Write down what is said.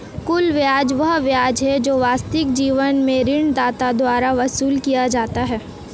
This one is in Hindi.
कुल ब्याज वह ब्याज है जो वास्तविक जीवन में ऋणदाता द्वारा वसूल किया जाता है